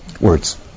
words